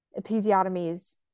episiotomies